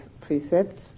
precepts